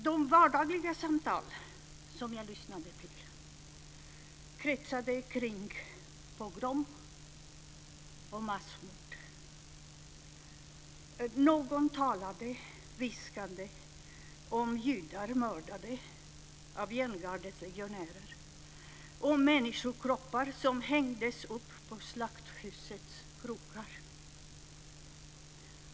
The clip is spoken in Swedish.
De vardagliga samtal som jag lyssnade på kretsade kring hemska ord: pogromer och massmord. Någon talade viskande om judar mördade av järngardets legionärer och om människokroppar som hängdes upp på slakthusets krokar.